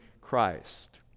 Christ